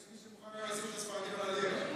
יש מי שמוכן היה לשים את הספרדים על הלירה.